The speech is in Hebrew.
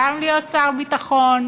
גם להיות שר ביטחון,